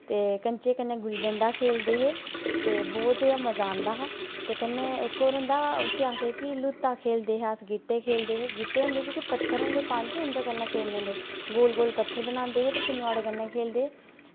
ते कंचे कन्नै गुल्ली डंडा खेल्लदे हे ते बोह्त गै मजा आंदा हा ते कन्नै इक होर होंदा उस्सी आखदे कि लूत्ता खेल्लदे हे अस गीह्टै खेल्लदे हे गीह्टे होंदे जेह्के पत्थर होंदे पंज उंदे कन्नै खेल्लदे हे गोल गोल पत्थर बनांदे हे ते फिर नोह्ड़े कन्नै खेल्लदे हे